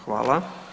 Hvala.